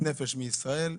נפש מישראל,